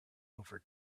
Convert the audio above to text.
over